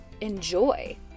enjoy